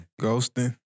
Ghosting